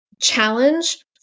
challenge